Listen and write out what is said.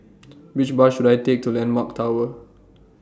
Which Bus should I Take to Landmark Tower